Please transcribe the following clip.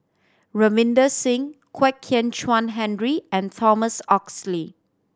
Ravinder Singh Kwek Kian Chuan Henry and Thomas Oxley